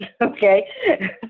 Okay